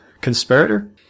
conspirator